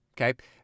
okay